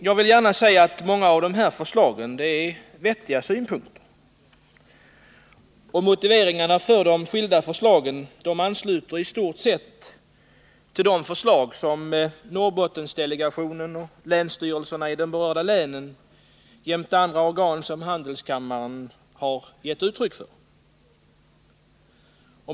Jag vill gärna säga att många av dessa förslag innehåller vettiga synpunkter. Motiveringarna för de skilda förslagen ansluter i stort sett till de förslag som Norrbottendelegationen och länsstyrelserna i de berörda länen jämte andra organ — som handelskammaren — har givit uttryck för.